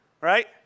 right